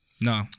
No